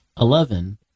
Eleven